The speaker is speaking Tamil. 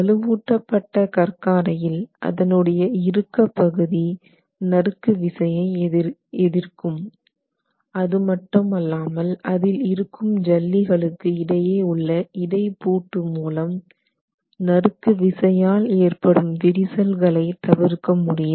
வலுவூட்டப்பட்ட கற்காரையில் அதனுடைய இறுக்க பகுதி நறுக்கு விசையை எதிர்க்கும் அது மட்டும் அல்லாமல் அதில் இருக்கும் ஜல்லிகளுக்கு இடையே உள்ள இடை பூட்டு மூலம் நறுக்கு விசையால் ஏற்படும் விரிசல்களை தவிர்க்க முடியும்